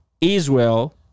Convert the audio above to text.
Israel